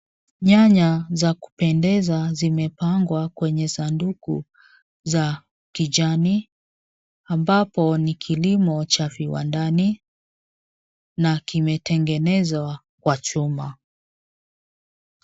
Nyanya za kupendeza zimepangwa kwenye sanduku za kijani ambapo ni kilimo cha viwandani na kimetengenezwa kwa chuma.